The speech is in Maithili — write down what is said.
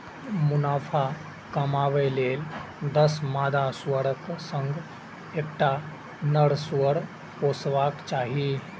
मुनाफा कमाबै लेल दस मादा सुअरक संग एकटा नर सुअर पोसबाक चाही